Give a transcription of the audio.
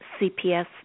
CPS